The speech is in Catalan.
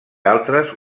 altres